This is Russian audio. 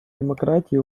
демократии